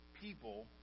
people